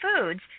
foods